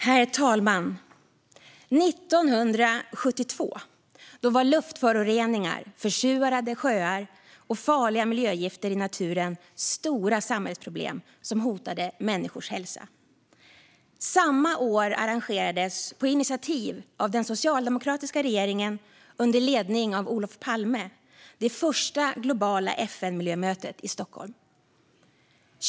Herr talman! År 1972 var luftföroreningar, försurade sjöar och farliga miljögifter i naturen stora samhällsproblem som hotade människors hälsa. Samma år arrangerades, på initiativ av den socialdemokratiska regeringen under ledning av Olof Palme, det första globala FN-miljömötet i Stockholm.